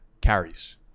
carries